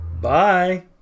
Bye